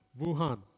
Wuhan